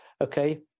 okay